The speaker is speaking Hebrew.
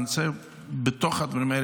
ואני רוצה בתוך הדברים האלה,